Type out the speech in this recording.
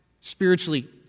spiritually